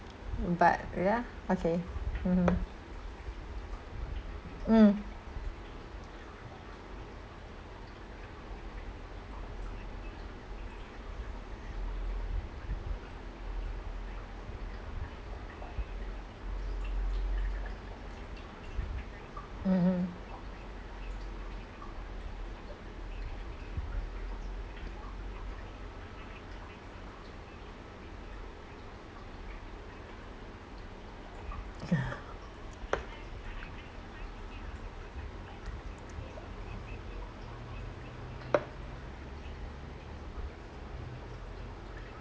but yeah okay mmhmm mm mmhmm